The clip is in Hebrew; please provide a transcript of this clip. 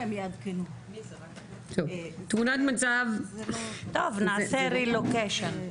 טוב, נעשה "רילוקיישן"